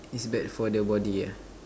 is bad for the body ah